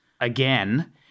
again